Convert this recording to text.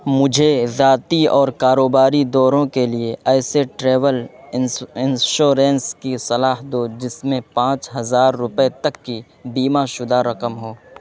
مجھے ذاتی اور کاروباری دوروں کے لیے ایسے ٹریول انشورنس کی صلاح دو جس میں پانچ ہزار روپے تک کی بیمہ شدہ رقم ہو